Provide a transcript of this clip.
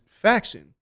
faction